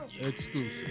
Exclusive